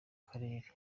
akarere